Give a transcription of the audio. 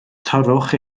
torrwch